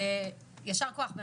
יישר כוח.